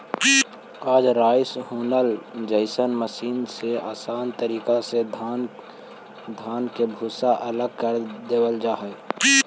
आज rice huller जइसन machine से आसान तरीका से धान के भूसा अलग कर लेवल जा हई